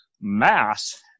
mass